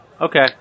Okay